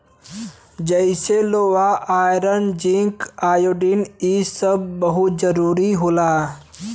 जइसे लोहा iron zinc iodine इ सब बहुत जरूरी होला